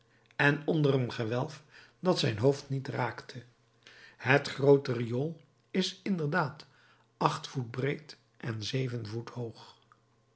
en onder een gewelf dat zijn hoofd niet raakte het groote riool is inderdaad acht voet breed en zeven voet hoog